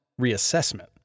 reassessment